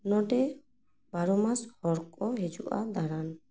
ᱱᱚᱸᱰᱮ ᱵᱟᱨᱳᱢᱟᱥ ᱦᱚᱲ ᱠᱚ ᱦᱤᱡᱩᱜᱼᱟ ᱫᱟᱬᱟᱱ